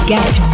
Get